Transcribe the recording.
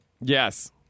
Yes